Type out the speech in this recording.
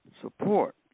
support